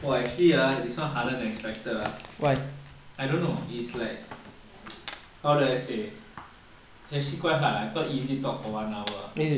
!wah! actually ah this [one] harder than expected ah I don't know is like how do I say it's actually quite hard lah I thought easy talk for one hour ah